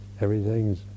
everything's